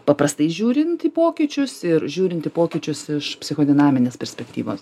paprastai žiūrint į pokyčius ir žiūrint į pokyčius iš psichodinaminės perspektyvos